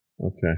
Okay